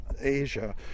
Asia